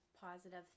positive